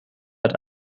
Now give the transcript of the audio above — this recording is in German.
hat